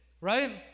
right